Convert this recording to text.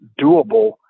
doable